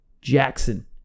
Jackson